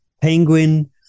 Penguin